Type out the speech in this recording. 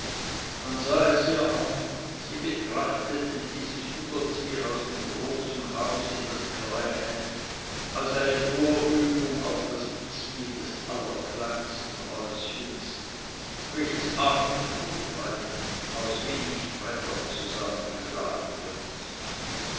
man sah es ihr an sie betrachtete dieses überziehen aus dem großen hause in das kleine als eine vorübung auf das beziehen des allerkleinsten häuschens welches armen und reichen aus wenig brettern zusammengeschlagen wird